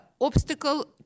obstacle